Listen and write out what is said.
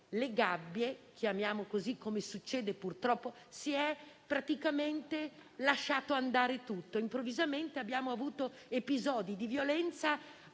le gabbie - chiamiamole così - come, purtroppo, succede, si è praticamente lasciato andare tutto e improvvisamente abbiamo avuto episodi di violenza